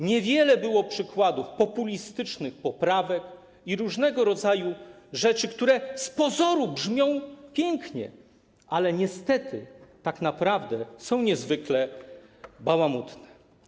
Niewiele było przykładów populistycznych poprawek i różnego rodzaju rzeczy, które z pozoru brzmią pięknie, ale niestety tak naprawdę są niezwykle bałamutne.